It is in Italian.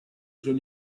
sono